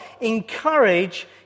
encourage